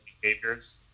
behaviors